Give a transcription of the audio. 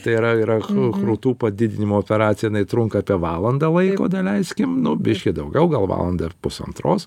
tai yra yra krū krūtų padidinimo operacija trunka apie valandą laiko daleiskim nu biškį daugiau gal valandą ar pusantros